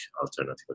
alternative